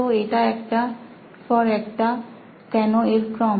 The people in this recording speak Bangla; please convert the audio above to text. তো এটা একটার পর একটা কেন এর ক্রম